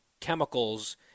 chemicals